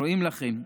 רואים לכם.